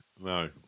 No